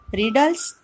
riddles